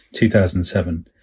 2007